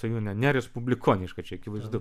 svajonė ne respublikoniška čia akivaizdu